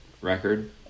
record